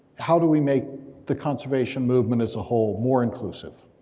how do we make the conservation movement as a whole more inclusive?